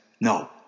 No